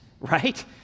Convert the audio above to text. right